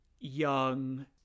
young